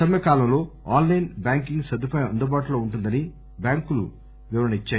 సమ్మె కాలంలో online banking సదుపాయం అందుబాటులో ఉంటుందని బ్యాంకులు వివరణ ఇచ్చాయి